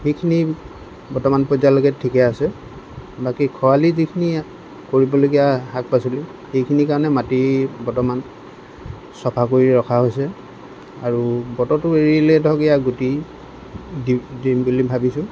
সেইখিনি বৰ্তমান পৰ্য্যায়লৈকে ঠিকে আছে বাকি খৰালি যিখিনি কৰিবলগীয়া শাক পাচলি সেইখিনিৰ কাৰণে মাটি বৰ্তমান চাফা কৰি ৰখা হৈছে আৰু বতৰটো এৰিলে ধৰক এয়া গুটি দি দিম বুলি ভাবিছোঁ